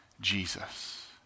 Jesus